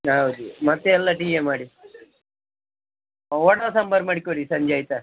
ಹೌದು ಮತ್ತು ಎಲ್ಲ ಟೀಯೇ ಮಾಡಿ ಅ ವಡೆ ಸಾಂಬಾರು ಮಾಡಿಕೊಡಿ ಸಂಜೆ ಆಯಿತಾ